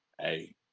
Hey